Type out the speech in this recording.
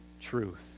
truth